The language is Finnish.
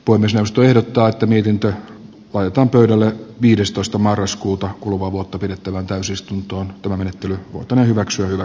poimi suostui ehdottaa että miten tää paita pöydälle viidestoista marraskuuta kuluvaa vuotta pidettävään täysistuntoon tämä menettely on hyväksyvä